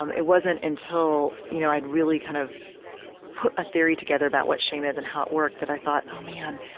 um it wasn't until, you know, i had really kind of put a theory together about what shame is and how it worked that i thought, oh, man,